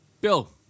Bill